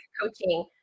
coaching